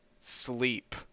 sleep